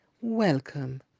Welcome